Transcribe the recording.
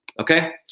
Okay